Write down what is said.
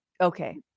okay